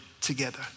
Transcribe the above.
together